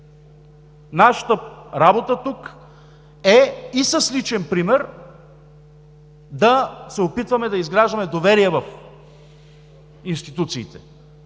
Нашата работа тук е и с личен пример да се опитваме да изграждаме доверие в институциите.